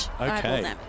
Okay